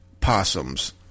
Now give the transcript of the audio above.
possums